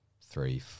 three